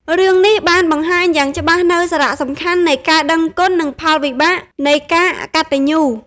រឿងនេះ បានបង្ហាញយ៉ាងច្បាស់នូវសារៈសំខាន់នៃការដឹងគុណនិងផលវិបាកនៃការអកតញ្ញូ។